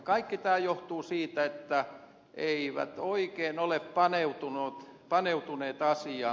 kaikki tämä johtuu siitä että he eivät oikein ole paneutuneet asiaan